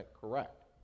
correct